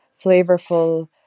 flavorful